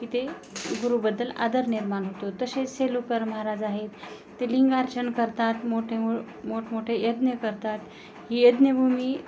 की ते गुरुबद्दल आदर निर्माण होतो तसेच सेलुकर महाराज आहेत ते लिंगार्चन करतात मोठे मो मोठमोठे यज्ञ करतात ही यज्ञभूमी